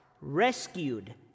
rescued